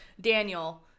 Daniel